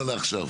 לא לעכשיו.